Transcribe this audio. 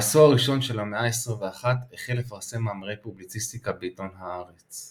בעשור הראשון של המאה ה-21 החל לפרסם מאמרי פובליציסטיקה בעיתון "הארץ".